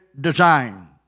design